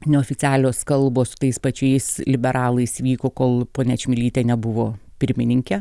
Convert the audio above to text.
neoficialios kalbos su tais pačiais liberalais vyko kol ponia čmilytė nebuvo pirmininke